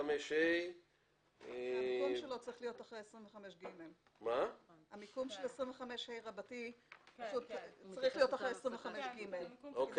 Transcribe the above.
25ה. המיקום של 25ה צריך להיות אחרי סעיף 25ג. בסדר.